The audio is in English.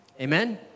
Amen